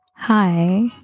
hi